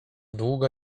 długo